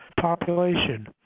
population